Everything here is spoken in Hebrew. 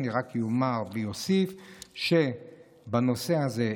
אני רק אומר ואוסיף שבנושא הזה,